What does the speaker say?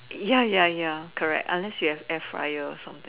ya ya ya correct unless you have air fryer